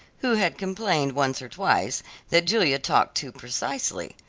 who had complained once or twice that julia talked too precisely,